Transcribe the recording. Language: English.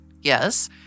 Yes